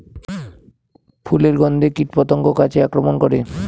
ফুলের গণ্ধে কীটপতঙ্গ গাছে আক্রমণ করে?